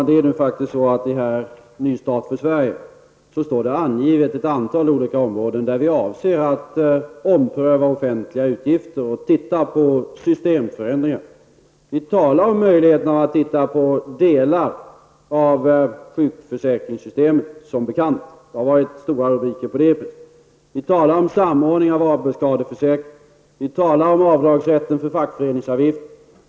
Fru talman! I Ny start för Sverige står det faktiskt angivet ett antal olika områden där vi avser att ompröva offentliga utgifter och se på systemförändringar. Vi talar som bekant om möjligheten att se över delar av sjukförsäkringssystemet. Det har varit stora rubriker om detta. Vi talar om samordning av arbetsskadeförsäkring och avdragsrätten för fackföreningsavgifter.